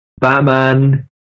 Batman